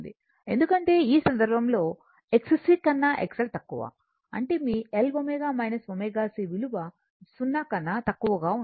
ఎందుకంటే ఈ సందర్భంలో XC కన్నా XL తక్కువ అంటే మీ L ω ω C విలువ 0 కన్నా తక్కువగా ఉంటుంది